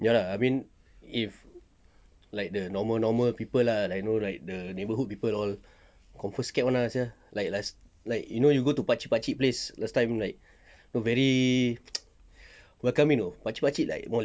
ya ah I mean if like the normal normal people lah like you know like the neighbourhood people all confirm scared [one] lah sia like last like you know you go to pakcik-pakcik place last time like very welcome you know pakcik-pakcik like more